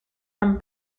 from